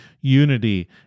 unity